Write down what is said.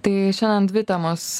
tai šiandien dvi temos